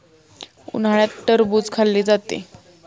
उन्हाळ्यात टरबूज खाल्ले जाते